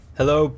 Hello